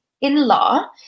in-law